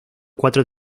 cuatro